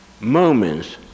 moments